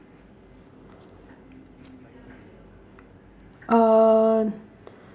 uh